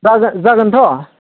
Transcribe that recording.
जागोन जागोनथ'